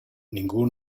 ningú